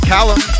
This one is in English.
Callum